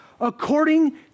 according